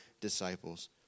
disciples